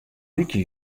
lykje